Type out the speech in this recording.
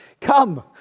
come